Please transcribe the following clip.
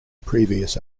previous